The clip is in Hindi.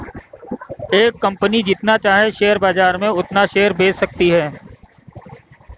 एक कंपनी जितना चाहे शेयर बाजार में उतना शेयर बेच सकती है